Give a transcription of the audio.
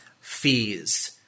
fees